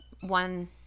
one